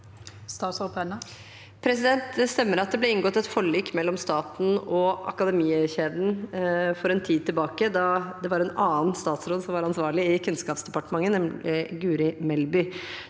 Det stemmer at det ble inngått et forlik mellom staten og Akademietkjeden for en tid tilbake. Da var det en annen statsråd som var ansvarlig i Kunnskapsdepartementet, nemlig Guri Melby.